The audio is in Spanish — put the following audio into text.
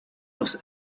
los